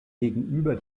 gegenüber